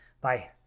Bye